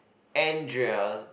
Andrea